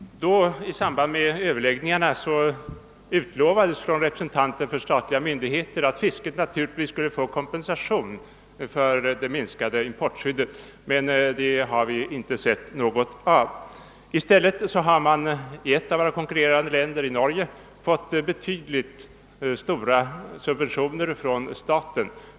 Vid de överläggningar som då förekom utlovade representanter för statliga myndigheter att fisket skulle få kompensation för det minskade importskyddet, men det har vi inte sett något av. I stället har man i ett av våra konkurrentländer, nämligen Norge, infört stora statliga subventioner.